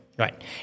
Right